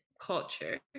culture